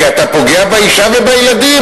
כי אתה פוגע באשה ובילדים.